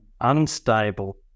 unstable